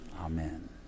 Amen